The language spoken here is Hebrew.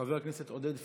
חבר הכנסת עודד פורר,